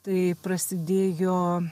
tai prasidėjo